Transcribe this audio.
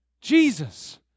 Jesus